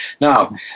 now